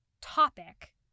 topic